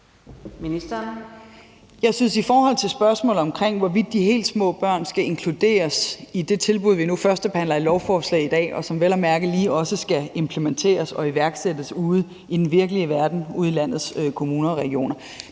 Løhde): I forhold til spørgsmålet om, hvorvidt de helt små børn skal inkluderes i det tilbud, der er i det lovforslag, vi nu førstebehandler i dag, og som vel at mærke også lige skal implementeres og iværksættes ude i den virkelige verden, ude i landets kommuner og regioner,